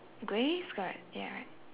grey skirt right ya